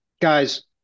guys